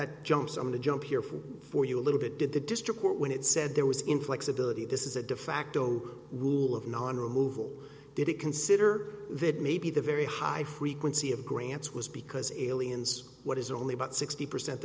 that jumps on the jump here from for you a little bit did the district court when it said there was inflexibility this is a de facto rule of non removal did it consider that maybe the very high frequency of grants was because aliens what is only about sixty percent